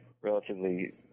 relatively